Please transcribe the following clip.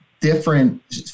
different –